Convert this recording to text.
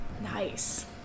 Nice